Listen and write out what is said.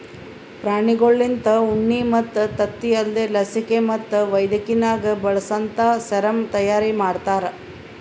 ಪ್ರಾಣಿಗೊಳ್ಲಿಂತ ಉಣ್ಣಿ ಮತ್ತ್ ತತ್ತಿ ಅಲ್ದೇ ಲಸಿಕೆ ಮತ್ತ್ ವೈದ್ಯಕಿನಾಗ್ ಬಳಸಂತಾ ಸೆರಮ್ ತೈಯಾರಿ ಮಾಡ್ತಾರ